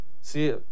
See